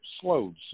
slowed